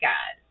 God